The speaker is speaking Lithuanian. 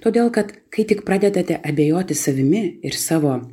todėl kad kai tik pradedate abejoti savimi ir savo